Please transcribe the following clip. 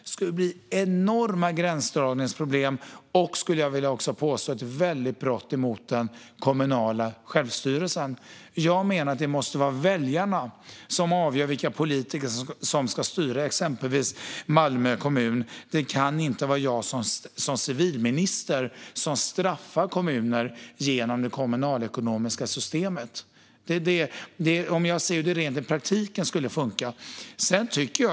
Det skulle bli enorma gränsdragningsproblem och, skulle jag vilja påstå, vara ett stort brott mot den kommunala självstyrelsen. Jag menar att det måste vara väljarna som avgör vilka politiker som ska styra i exempelvis Malmö kommun. Det kan inte vara jag som civilminister som ska straffa kommuner genom det kommunalekonomiska systemet. Det är så jag ser på det, utifrån hur det skulle fungera i praktiken.